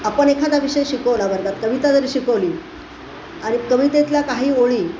आपण एखादा विषय शिकवला वर्गात कविता जरी शिकवली आणि कवितेतल्या काही ओळी